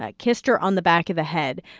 like kissed her on the back of the head.